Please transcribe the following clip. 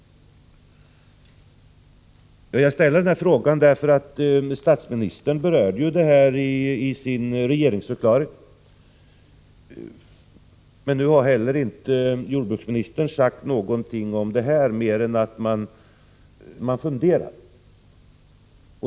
Jag ställer dessa frågor därför att statsministern berörde detta i sin regeringsförklaring. Men nu har jordbruksministern inte sagt mer om det här än att man funderar.